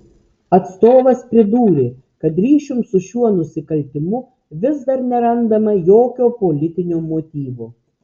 atstovas pridūrė kad ryšium su šiuo nusikaltimu vis dar nerandama jokio politinio motyvo